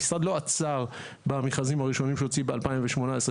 המשרד לא עצר במכרזים הראשונים שהוא הוציא ב-2018-2019.